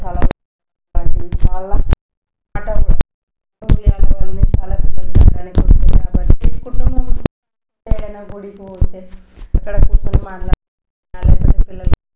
చాలా ఇట్లాంటివి చాలా ఆటలు అమూల్యాల వల్లనే చాలా పిల్లలకి ఆడడానికి తోడ్పడతాయి కాబట్టి కుటుంబం ఏదైనా గుడికి పోతే అక్కడ కూర్చొని మాట్లాడినా లేకపోతే పిల్లలు